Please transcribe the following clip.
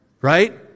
Right